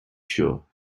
sure